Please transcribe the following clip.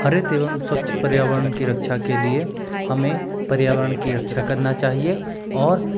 हरित एवं स्वच्छ पर्यावरण की रक्षा के लिए हमें पर्यावरण की रक्षा करना चाहिए और